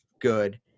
good